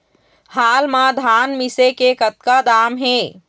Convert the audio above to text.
हाल मा धान मिसे के कतका दाम हे?